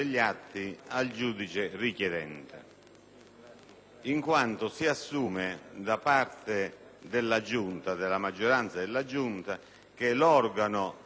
in quanto si assume, da parte della maggioranza della Giunta, che l'organo deputato a chiedere alla Camera